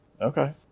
Okay